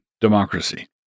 democracy